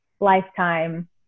lifetime